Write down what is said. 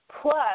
plus